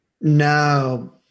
No